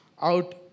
out